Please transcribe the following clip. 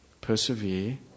persevere